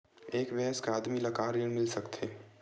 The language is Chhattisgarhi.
एक वयस्क आदमी ल का ऋण मिल सकथे?